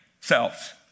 selves